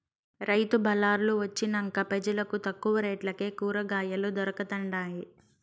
రైతు బళార్లు వొచ్చినంక పెజలకు తక్కువ రేట్లకే కూరకాయలు దొరకతండాయి